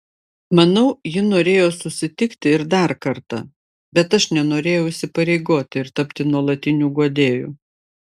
manau ji norėjo susitikti ir dar kartą bet aš nenorėjau įsipareigoti ir tapti nuolatiniu guodėju